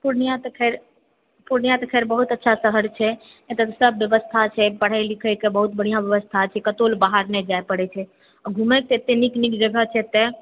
पूर्णियाँ तऽ खैर पूर्णियाँ तऽ खैर बहुत अच्छा शहर छै एतए तऽ सब व्यवस्था छै पढ़ए लिखएके बहुत बढिऑं व्यवस्था छै कतौ बाहर नहि जाय पड़ै छै घुमयके अत्ते नीक नीक जगह छै एतए